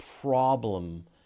problem